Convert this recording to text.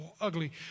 ugly